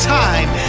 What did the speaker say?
time